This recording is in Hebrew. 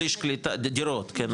שליש דירות, כן.